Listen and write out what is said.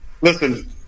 listen